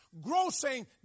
grossing